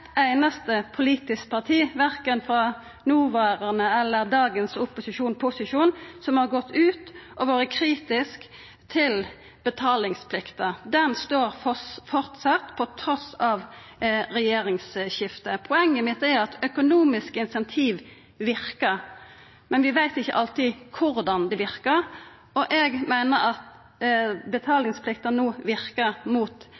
einaste politiske parti – verken frå noverande opposisjon eller frå noverande posisjon – gå ut og vera kritiske til betalingsplikta. Ho står framleis, trass i regjeringsskiftet. Poenget mitt er at økonomiske incentiv verkar, men vi veit ikkje alltid korleis dei verkar. Eg meiner at betalingsplikta no verkar mot